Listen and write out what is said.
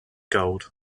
gold